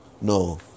No